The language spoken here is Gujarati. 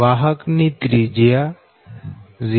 વાહક ની ત્રિજ્યા 0